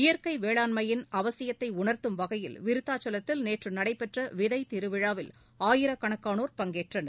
இயற்கைவேளாண்மையின் அவசியத்தைைர்த்தும் வகையில் விருத்தாச்சலத்தில் நேற்றுநடைபெற்றவிதைதிருவிழாவில் ஆயிரக்கணக்கானோர் பங்கேற்றனர்